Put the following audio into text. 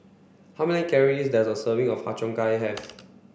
how many calories does a serving of Har Cheong Gai have